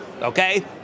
okay